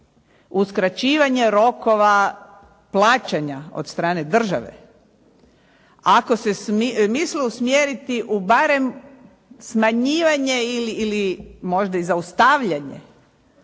skraćivanje rokova plaćanja od strane države, ako se misli usmjeriti u barem smanjivanje ili možda i zaustavljanje